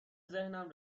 ذهنم